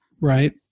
right